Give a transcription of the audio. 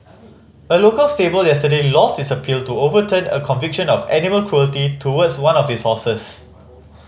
a local stable yesterday lost its appeal to overturn a conviction of animal cruelty towards one of its horses